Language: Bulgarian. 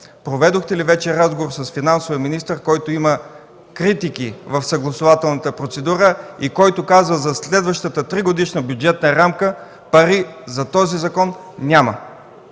Проведохте ли вече разговор с финансовия министър, който има критики в съгласувателната процедура и който казва, че в следващата тригодишна бюджетна рамка пари за този закон няма?